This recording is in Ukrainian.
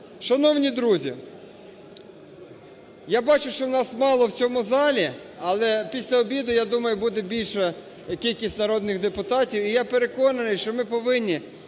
Шановні друзі, я бачу, що нас мало в цьому залі, але після обіду, я думаю, буде більша кількість народних депутатів. І я переконаний, що ми повинні